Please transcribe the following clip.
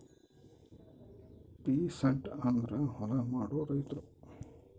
peasant ಅಂದ್ರ ಹೊಲ ಮಾಡೋ ರೈತರು